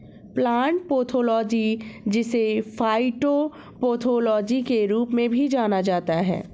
plant pathology जिसे phytopathology के रूप में भी जाना जाता है